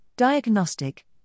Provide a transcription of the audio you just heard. diagnostic